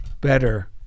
better